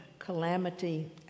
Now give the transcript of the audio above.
Calamity